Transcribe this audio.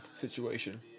situation